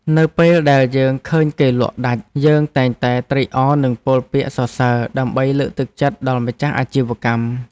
នៅពេលដែលយើងឃើញគេលក់ដាច់ យើងតែងតែត្រេកអរនិងពោលពាក្យសរសើរដើម្បីលើកទឹកចិត្តដល់ម្ចាស់អាជីវកម្ម។